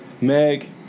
Meg